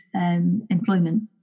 Employment